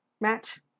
match